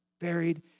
buried